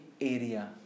area